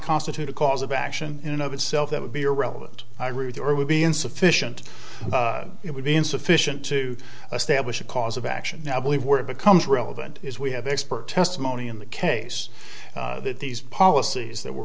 constitute a cause of action in and of itself that would be irrelevant i ruther would be insufficient it would be insufficient to establish a cause of action i believe where it becomes relevant is we have expert testimony in the case that these policies that were